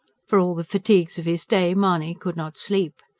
for all the fatigues of his day mahony could not sleep.